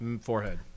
Forehead